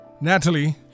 Natalie